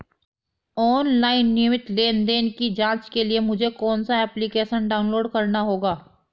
Online नियमित लेनदेन की जांच के लिए मुझे कौनसा एप्लिकेशन डाउनलोड करना होगा?